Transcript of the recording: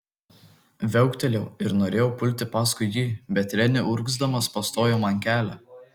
viauktelėjau ir norėjau pulti paskui jį bet renė urgzdamas pastojo man kelią